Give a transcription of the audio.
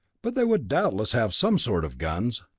but they would doubtless have some sort of guns.